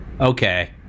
okay